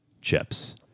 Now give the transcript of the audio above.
chips